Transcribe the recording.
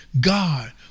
God